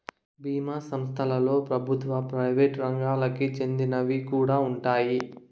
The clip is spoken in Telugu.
బీమా సంస్థలలో ప్రభుత్వ, ప్రైవేట్ రంగాలకి చెందినవి కూడా ఉన్నాయి